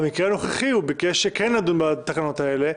במקרה הנוכחי, הוא ביקש כן לדון בתקנות האלה.